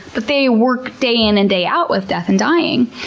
but they work day in and day out with death and dying.